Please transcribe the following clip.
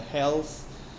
health